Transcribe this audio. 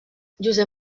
josep